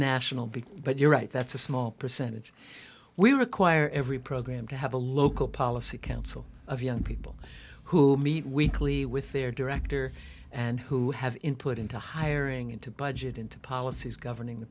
national big but you're right that's a small percentage we require every program to have a local policy council of young people who meet weekly with their director and who have input into hiring into budget into policies governing the